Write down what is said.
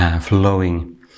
flowing